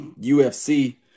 ufc